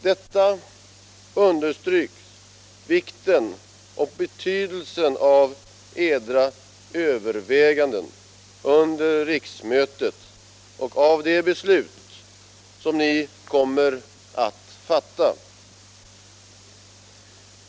Detta understryker vikten och betydelsen av edra överväganden under riksmötet och av de beslut som ni kommer att fatta.